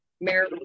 Mayor